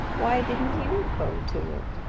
why didn't you go to it?